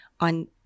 on